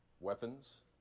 weapons